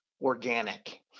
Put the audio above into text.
organic